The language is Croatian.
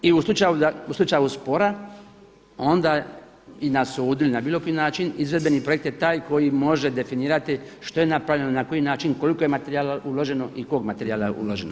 I u slučaju spora onda i na sudu ili na bilo koji način izvedbeni projekt je taj koji može definirati što je napravljeno, na koji način, koliko je materijala uloženo i kog materijala je uloženo.